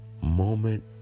moment